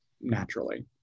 naturally